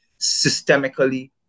systemically